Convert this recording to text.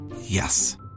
Yes